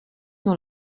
dans